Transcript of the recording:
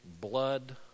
blood